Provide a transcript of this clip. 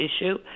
issue